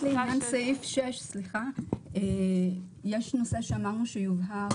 רק לעניין סעיף (6), יש נושא שאמרנו שהוא יובהר.